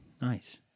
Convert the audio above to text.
nice